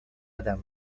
adam